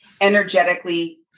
energetically